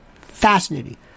Fascinating